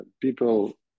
people